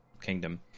kingdom